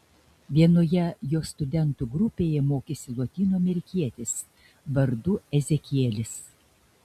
vienoje jo studentų grupėje mokėsi lotynų amerikietis vardu ezekielis